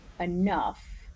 enough